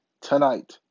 tonight